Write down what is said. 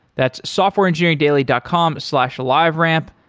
that's softwareengineeringdaily dot com slash liveramp.